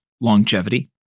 longevity